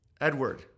Edward